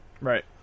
Right